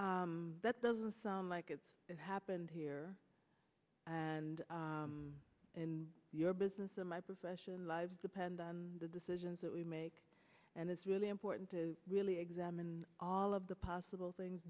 that doesn't sound like it's happened here and in your business in my professional lives depend on the decisions that we make and it's really important to really examine all of the possible things